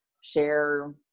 share